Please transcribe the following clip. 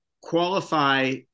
qualify